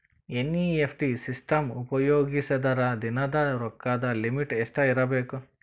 NEFT system ಉಪಯೋಗಿಸಿದರ ದಿನದ ರೊಕ್ಕದ ಲಿಮಿಟ್ ಎಷ್ಟ ಇರಬೇಕು?